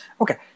Okay